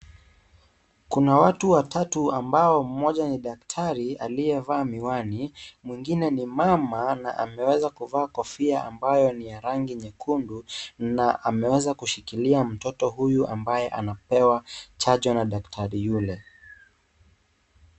Kuna watu watatu ambao mmoja ni daktari aliyevaa miwani. Mwingine ni mama na ameweza kuvaa kofia ambayo ni ya rangi nyekundu na ameweza kushikilia mtoto huyu ambaye anapewa chanjo na daktari yule.